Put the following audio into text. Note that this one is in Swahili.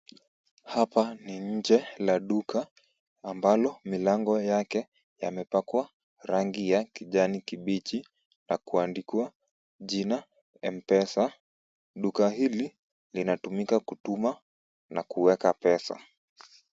Hapa ni nje la duka ambalo milango yake yamepakwa rangi ya kijani kibichi na kuandikwa jina M-Pesa . Duka hili linatumika kutuma na kuweka pesa.